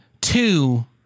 two